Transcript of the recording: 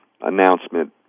announcement